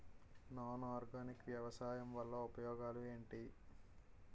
Non organic వ్యవసాయం వల్ల ఉపయోగాలు ఏంటీ?